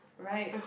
right